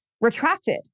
retracted